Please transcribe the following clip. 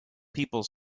people